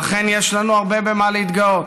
ואכן, יש לנו הרבה במה להתגאות.